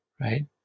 Right